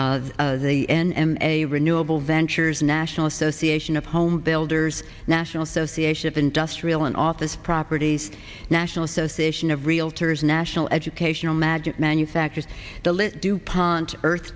of the n m a renewable ventures national association of homebuilders national association of industrial and office properties national association of realtors national educational magic manufactures the list dupont earth